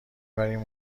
بریم